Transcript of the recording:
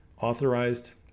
authorized